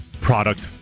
product